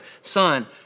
Son